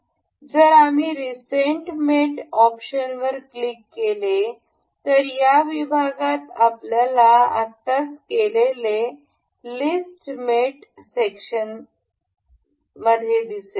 जर आम्ही रिसेंट मेट ऑप्शनवर क्लिक केले तर या विभागात आपल्याला आत्ताच केलेले लिस्ट मेट सेक्शन मध्ये दिसेल